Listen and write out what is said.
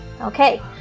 Okay